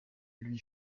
lui